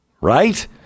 right